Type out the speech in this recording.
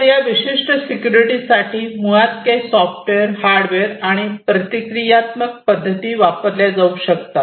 तर या विशिष्ट सिक्युरिटी साठी मुळात काही सॉफ्टवेअर हार्डवेअर आणि प्रक्रियात्मक पद्धती वापरल्या जाऊ शकतात